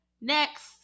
next